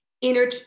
inner